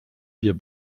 wir